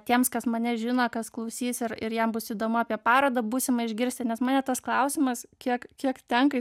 tiems kas mane žino kas klausys ir ir jiem bus įdomu apie parodą būsimą išgirsti nes mane tas klausimas kiek kiek tenka